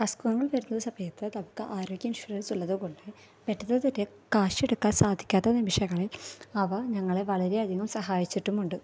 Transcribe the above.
അസുഖങ്ങൾ വരുന്ന സമയത്ത് നമുക്ക് ആരോഗ്യ ഇൻഷുറൻസ് ഉള്ളത് കൊണ്ട് പെട്ടെന്ന് തന്നെ കാശെട്ക്കാൻ സാധിക്കാത്ത നിമിഷങ്ങളിൽ അവ ഞങ്ങളെ വളരെ അധികം സഹായിച്ചിട്ടുമുണ്ട്